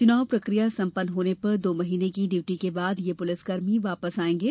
चुनाव प्रकिया संपन्न होने पर दो महीने की डयूटी के बाद ये पुलिसकर्मी वापस आयेंगे